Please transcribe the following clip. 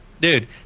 dude